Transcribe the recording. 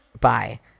Bye